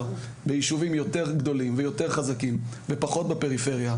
ביישובים יותר גדולים ויותר חזקים ופחות בפריפריה.